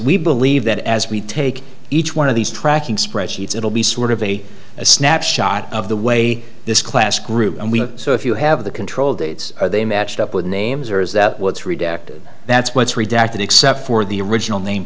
we believe that as we take each one of these tracking spreadsheets it'll be sort of a a snapshot of the way this class group so if you have the control dates are they matched up with names or is that what's redacted that's what's redacted except for the original name